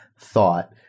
thought